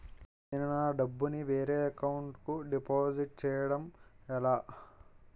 నేను నా డబ్బు ని వేరే వారి అకౌంట్ కు డిపాజిట్చే యడం ఎలా?